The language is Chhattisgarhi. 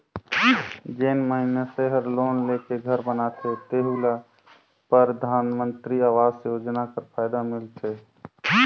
जेन मइनसे हर लोन लेके घर बनाथे तेहु ल परधानमंतरी आवास योजना कर फएदा मिलथे